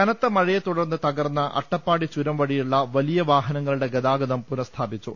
കനത്ത മഴയെ തുടർന്ന് തകർന്ന അട്ടപ്പാടി ചുരം വഴിയുള്ള വലിയ വാഹനങ്ങളുടെ ഗതാഗതം പുനഃ സ്ഥാപിച്ചു